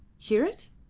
hear it?